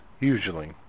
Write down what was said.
usually